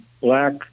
black